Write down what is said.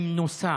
במנוסה,